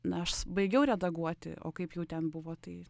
na aš baigiau redaguoti o kaip jau ten buvo tai